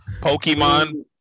Pokemon